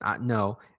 no